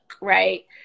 right